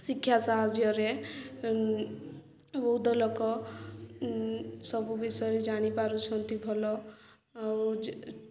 ଶିକ୍ଷା ସାହାଯ୍ୟରେ ବହୁତ ଲୋକ ସବୁ ବିଷୟରେ ଜାଣିପାରୁଛନ୍ତି ଭଲ ଆଉ